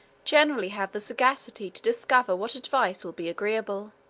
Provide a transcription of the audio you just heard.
generally have the sagacity to discover what advice will be agreeable.